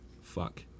Fuck